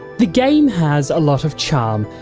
the game has a lot of charm,